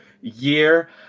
year